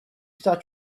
start